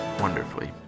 wonderfully